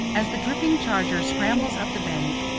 as the dripping charger scrambles up the bank,